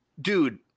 dude